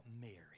Mary